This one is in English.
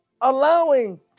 allowing